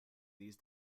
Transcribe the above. these